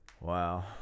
Wow